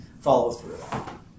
follow-through